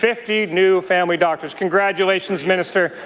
fifty new family doctors. congratulations, minister,